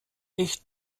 echt